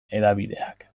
hedabideak